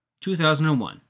2001